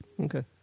Okay